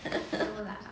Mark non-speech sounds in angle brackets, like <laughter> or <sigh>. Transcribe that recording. <laughs>